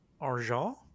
Argent